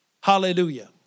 Hallelujah